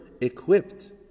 equipped